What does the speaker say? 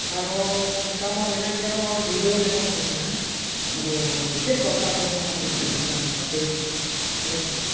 ᱟᱨᱦᱚᱸ ᱚᱱᱠᱟ ᱢᱟ ᱢᱮᱱᱟᱜ ᱜᱮᱭᱟ ᱛᱟᱵᱚ ᱟᱨᱦᱚᱸ ᱜᱩᱲᱫᱷᱟᱣ ᱧᱟᱯᱟᱢ ᱠᱚ ᱢᱮᱱᱟᱜᱼᱟ ᱟᱫᱚ ᱪᱮᱫ ᱵᱟᱯᱞᱟ ᱠᱚᱨᱮᱱᱟᱜ ᱟᱹᱵᱤᱱ ᱠᱟᱛᱷᱟ ᱞᱟᱹᱭ ᱟᱡᱚᱢ ᱥᱟᱱᱟᱭᱮᱫ ᱵᱤᱱᱟ